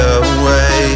away